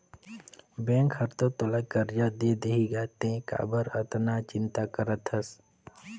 bank हर तो करजा तोला दे देहीगा तें काबर अतना चिंता करथस